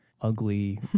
ugly